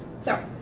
so,